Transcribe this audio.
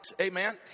amen